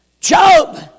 Job